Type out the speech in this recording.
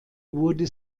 wurde